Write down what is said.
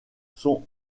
sont